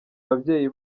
ababyeyi